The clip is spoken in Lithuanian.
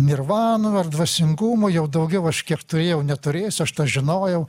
nirvanų ar dvasingumo jau daugiau aš kiek turėjau neturėsiu aš tą žinojau